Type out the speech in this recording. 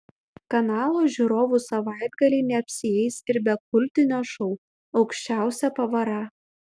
kanalo žiūrovų savaitgaliai neapsieis ir be kultinio šou aukščiausia pavara